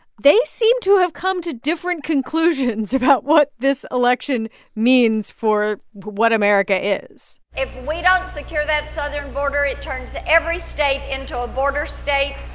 they seem to have come to different conclusions about what this election means for what america is if we don't secure that southern border, it turns every state into a border state,